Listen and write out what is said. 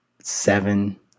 seven